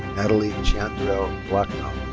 natalie cheandrel blacknall.